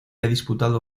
disputado